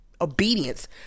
obedience